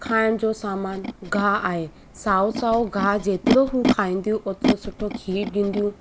खाइण जो सामान गाहु आहे साओ साओ गाहु जेतिरो हू खाईंदियूं ओतिरो सुठो खीरु ॾींदियूं